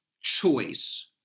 choice